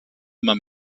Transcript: immer